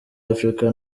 africa